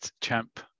champ